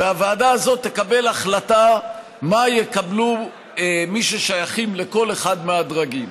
והוועדה הזאת תקבל החלטה מה יקבלו מי ששייכים לכל אחד מהדרגים,